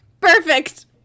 perfect